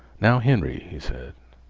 now, henry, he said,